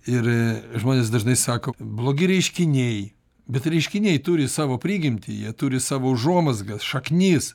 ir žmonės dažnai sako blogi reiškiniai bet reiškiniai turi savo prigimtį jie turi savo užuomazgas šaknis